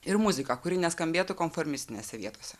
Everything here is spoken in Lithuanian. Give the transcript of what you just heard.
ir muzika kuri neskambėtų konformistinėse vietose